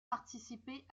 participé